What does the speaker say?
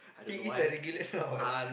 he is a regular what